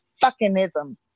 fucking-ism